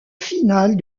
finale